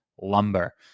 lumber